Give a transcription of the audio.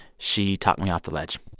she talked me off the ledge